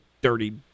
dirty